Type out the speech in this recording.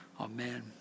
Amen